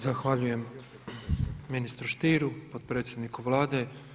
Zahvaljujem ministru Stieru, potpredsjedniku Vlade.